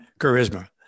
charisma